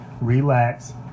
relax